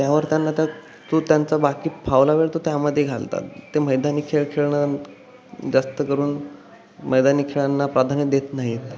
त्यावर त्यांना त्या तो त्यांचा बाकी फावला वेळ तो त्यामध्ये घालतात ते मैदानी खेळ खेळणं जास्त करून मैदानी खेळांना प्राधान्य देत नाहीत